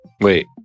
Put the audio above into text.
Wait